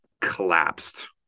collapsed